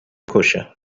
کشه